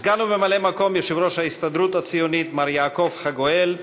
סגן וממלא-מקום יושב-ראש ההסתדרות הציונית מר יעקב חגואל,